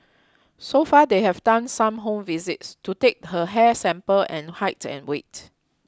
so far they have done some home visits to take her hair sample and height and weight